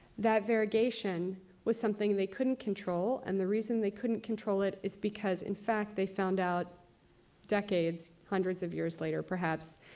that variegation was something they couldn't control and the reason they couldn't control it is because, in fact, they found out decades, hundreds of years later perhaps,